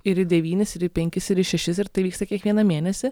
ir į devynis ir į penkis ir į šešis ir tai vyksta kiekvieną mėnesį